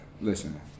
listen